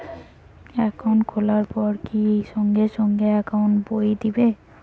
Account খুলির পর কি সঙ্গে সঙ্গে একাউন্ট বই দিবে?